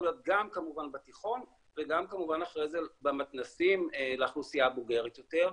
להיות גם כמובן בתיכון וגם כמובן אחרי זה במתנ"סים לאוכלוסייה הבוגרת יותר.